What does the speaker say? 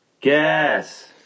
guess